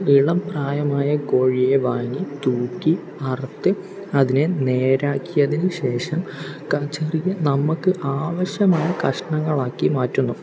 ഇളം പ്രായമായ കോഴിയെ വാങ്ങി തൂക്കി അറുത്ത് അതിനെ നേരെയാക്കിയതിന് ശേഷം ചെറിയ നമ്മൾക്ക് ആവശ്യമായ കഷണങ്ങളാക്കി മാറ്റുന്നു